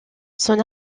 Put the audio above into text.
son